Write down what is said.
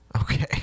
Okay